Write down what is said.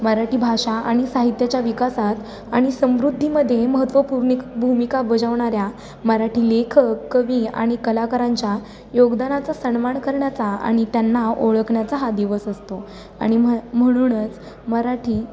मराठी भाषा आणि साहित्याच्या विकासात आणि समृद्धीमध्ये महत्त्वपूर्ण एक भूमिका बजावणाऱ्या मराठी लेखक कवी आणि कलाकारांच्या योगदानाचा सन्मान करण्याचा आणि त्यांना ओळखण्याचा हा दिवस असतो आणि म्ह म्हणूनच मराठी